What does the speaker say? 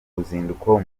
ruzinduko